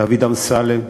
לדוד אמסלם,